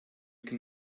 can